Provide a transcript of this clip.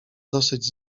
dosyć